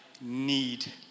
need